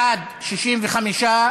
בעד, 65,